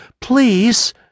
Please